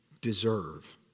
deserve